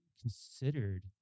considered